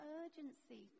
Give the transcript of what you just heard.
urgency